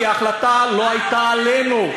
הוא נכנע כי ההחלטה לא הייתה עלינו.